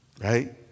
Right